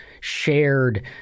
shared